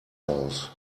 house